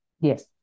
Yes